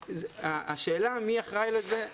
השאלה מי אחראי לזה,